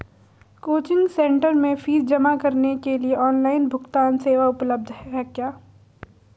Coaching centre में fees जमा करने के लिए ऑनलाइन भुगतान सेवा उपलब्ध है क्या?